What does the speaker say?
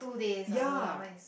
ya